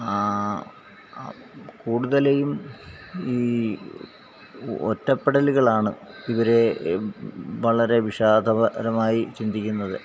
കൂടുതലേയും ഈ ഒറ്റപ്പെടലുകളാണ് ഇവരെ വളരെ വിഷാദപരമായി ചിന്തിക്കുന്നത്